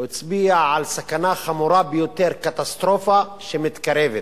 הוא הצביע על סכנה חמורה ביותר, קטסטרופה שמתקרבת.